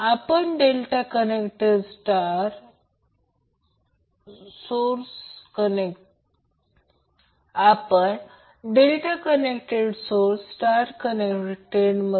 समजा हे star connected आहे हे स्टार कनेक्टेड लोड आहे म्हणून हे स्टार कनेक्टेड आहे